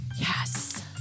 Yes